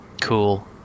Cool